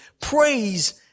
praise